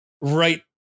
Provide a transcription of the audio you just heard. right